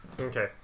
Okay